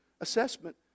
assessment